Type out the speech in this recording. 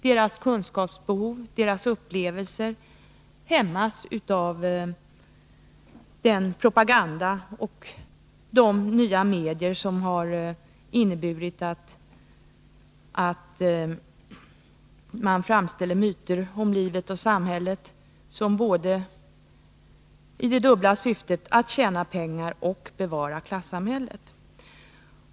Deras kunskapsbehov och upplevelser hämmas av den propaganda och de nya medier med vilkas hjälp man har spritt myter om livet och samhället i det dubbla syftet att tjäna pengar och bevara klassamhället.